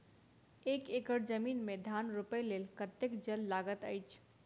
एक एकड़ जमीन मे धान रोपय लेल कतेक जल लागति अछि?